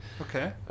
okay